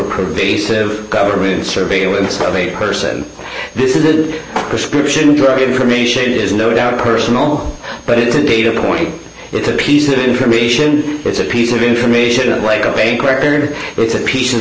pervasive government surveillance of a person this isn't prescription drug information is no doubt personal but it's a data point it's a piece of information it's a piece of information like a bank record it's a piece of